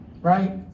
right